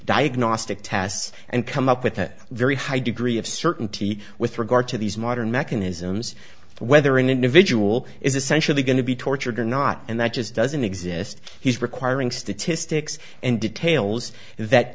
diagnostic tests and come up with a very high degree of certainty with regard to these modern mechanisms whether an individual is essentially going to be tortured or not and that just doesn't exist he's requiring statistics and details that